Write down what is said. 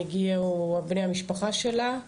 הגיעו בני המשפחה שלה,